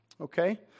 Okay